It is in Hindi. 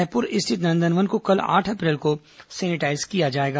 रायपुर स्थित नंदनवन को कल आठ अप्रैल को सैनिटाईज किया जाएगा